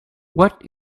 what